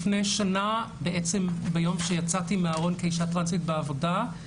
בעצם ביום שיצאתי מהארון כאישה טרנסית בעבודה,